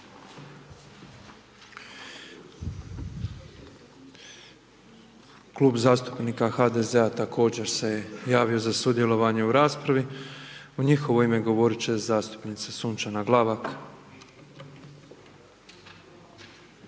Klub zastupnika SDSS-a također se javio za sudjelovanje u raspravi. U njihovo ime govorit će zastupnica Dragana Jeckov.